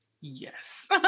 Yes